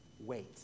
wait